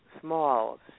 small